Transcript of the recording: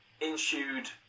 ensued